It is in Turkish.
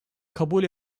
kabul